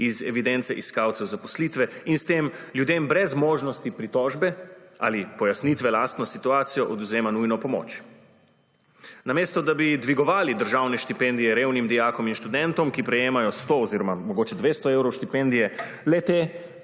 iz evidence iskalcev zaposlitve in s tem ljudem brez možnosti pritožbe ali pojasnitve lastne situacije odvzema nujno pomoč. Namesto da bi dvigovali državne štipendije revnim dijakom in študentom, ki prejemajo 100 oziroma mogoče 200 evrov štipendije, le-te